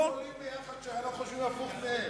איך פועלים ביחד כשאנחנו חושבים הפוך מהם?